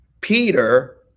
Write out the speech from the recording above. Peter